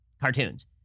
cartoons